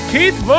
Keith